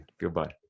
Goodbye